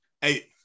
Hey